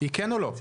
או לא?